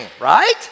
right